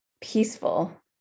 peaceful